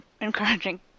encouraging